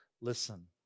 listen